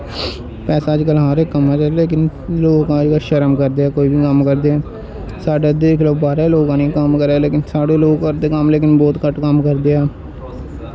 पैसा अजकल हर इक कम्मै च ऐ लेकिन लोग अजकल शर्म करदे ऐ कोई बी कम्म करदे साढ़े दिक्खी लैओ बाह्रा दे लोग आह्नियैं कम्म करा दे लेकिन साढ़े लोग करदे कम्म लेकिन बौह्त घट्ट कम्म करदे ऐ